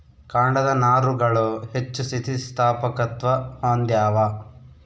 ಕಾಂಡದ ನಾರುಗಳು ಹೆಚ್ಚು ಸ್ಥಿತಿಸ್ಥಾಪಕತ್ವ ಹೊಂದ್ಯಾವ